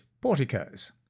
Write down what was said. porticos